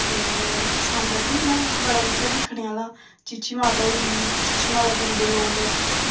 ते सांबा बी इं'या बड़ा कुछ ऐ दिक्खने आह्ला चीची माता होई गेई फ्ही चीची माता जंदे लोग